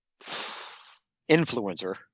Influencer